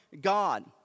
God